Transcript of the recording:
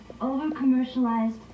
over-commercialized